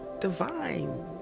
divine